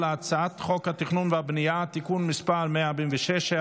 על הצעת חוק התכנון והבנייה (תיקון מס' 146),